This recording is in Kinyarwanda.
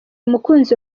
umukunzi